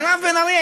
מירב בן ארי,